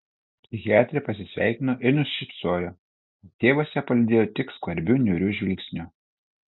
psichiatrė pasisveikino ir nusišypsojo o tėvas ją palydėjo tik skvarbiu niūriu žvilgsniu